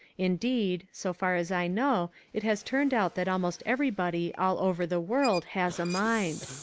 indeed, so far as i know it has turned out that almost everybody all over the world has a mind.